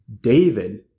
David